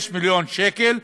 5 מיליון שקל.